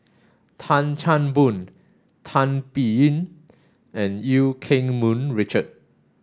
Tan Chan Boon Tan Biyun and Eu Keng Mun Richard